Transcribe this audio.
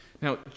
Now